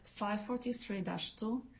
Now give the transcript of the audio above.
543-2